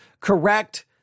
correct